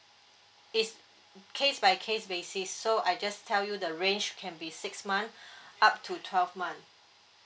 it's case by case basis so I just tell you the range can be six month up to twelve month